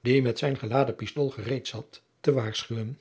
die met zijn geladen pistool gereed zat te waarschuwen